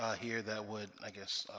ah here that would i guess